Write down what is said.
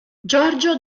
giorgio